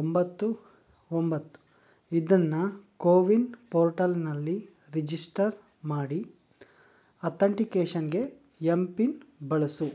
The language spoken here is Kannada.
ಒಂಬತ್ತು ಒಂಬತ್ತು ಇದನ್ನು ಕೋವಿನ್ ಪೋರ್ಟಲ್ನಲ್ಲಿ ರಿಜಿಸ್ಟರ್ ಮಾಡಿ ಅಥಂಟಿಕೇಷನ್ಗೆ ಎಂ ಪಿನ್ ಬಳಸು